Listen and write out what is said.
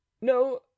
no